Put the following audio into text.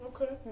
Okay